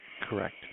Correct